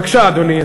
בבקשה, אדוני.